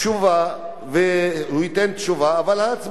והוא ייתן תשובה, אבל התשובה תהיה במועד אחר.